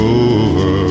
over